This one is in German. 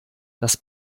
das